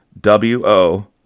W-O